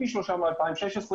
לא ברור למה זה מוסתר מהציבור.